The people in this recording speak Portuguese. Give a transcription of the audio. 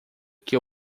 que